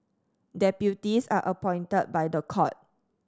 deputies are appointed by the court